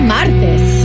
Martes